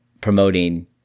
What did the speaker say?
promoting